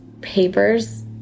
papers